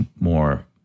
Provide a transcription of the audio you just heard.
more